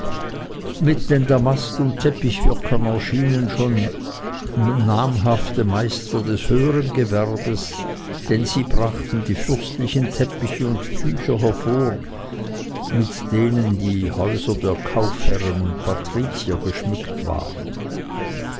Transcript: mit den damast und teppichwirkern erschienen schon namhafte meister des höhern gewerbes denn sie brachten die fürstlichen teppiche und tücher hervor mit denen die häuser der kaufherren und patrizier geschmückt waren